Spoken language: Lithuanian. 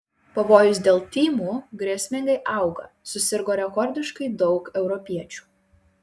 pavojus dėl tymų grėsmingai auga susirgo rekordiškai daug europiečių